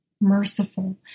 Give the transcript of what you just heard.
merciful